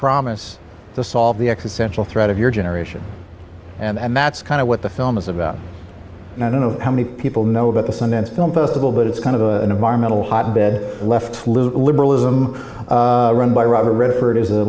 promise to solve the xs central thread of your generation and that's kind of what the film is about and i don't know how many people know about the sundance film festival but it's kind of a little hotbed left liberalism run by robert redford is a